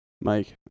Mike